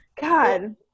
god